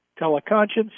Teleconscience